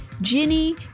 Ginny